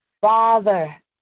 Father